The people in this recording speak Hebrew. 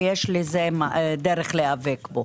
יש לזה דרך להיאבק בו.